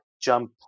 jump